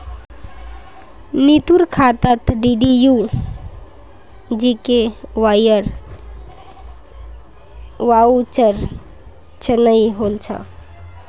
नीतूर खातात डीडीयू जीकेवाईर वाउचर चनई होल छ